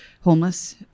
homeless